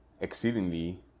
exceedingly